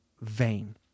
vain